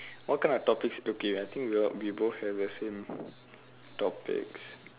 what kind of topics okay I think we both have the same topics